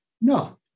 No